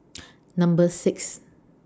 Number six